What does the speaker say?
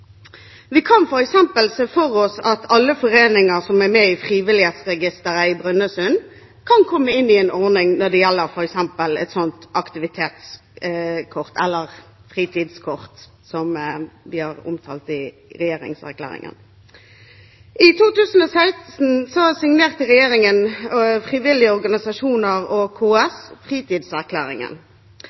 Vi kan f.eks. se for oss at alle foreninger som er med i Frivillighetsregisteret i Brønnøysund, kan komme inn i en ordning når det f.eks. gjelder et slikt aktivitetskort – eller fritidskort som vi har omtalt det som i regjeringserklæringen. I 2016 signerte regjeringen, frivillige organisasjoner og KS Fritidserklæringen.